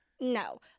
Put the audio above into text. No